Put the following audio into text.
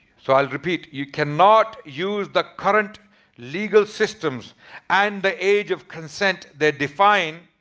so i'll repeat you cannot use the current legal systems and the age of consent they define